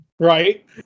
right